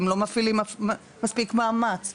אתם לא מפעילים מספיק מאמץ,